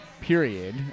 period